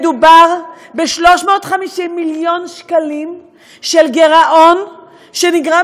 מדובר ב-350 מיליון שקלים של גירעון שנגרם